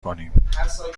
کنیم